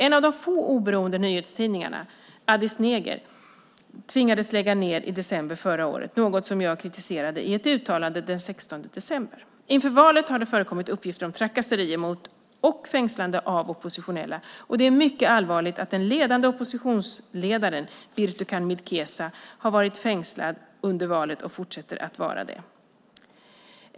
En av de få oberoende nyhetstidningarna, Addis Neger, tvingades lägga ned i december förra året - något som jag kritiserade i ett uttalande den 16 december. Inför valet har det förekommit uppgifter om trakasserier mot och fängslanden av oppositionella, och det är mycket allvarligt att den ledande oppositionsledaren Birtukan Mideksa varit fängslad under valet och fortsätter vara det.